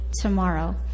tomorrow